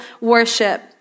worship